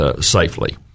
safely